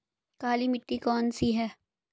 काली मिट्टी कौन सी है?